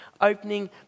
opening